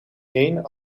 heen